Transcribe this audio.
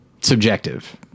subjective